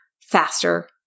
faster